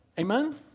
Amen